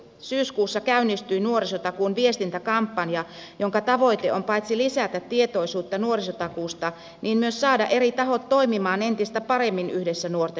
syyskuussa käynnistyi nuorisotakuun viestintäkampanja jonka tavoite on paitsi lisätä tietoisuutta nuorisotakuusta myös saada eri tahot toimimaan entistä paremmin yhdessä nuorten hyväksi